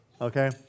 okay